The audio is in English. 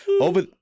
Over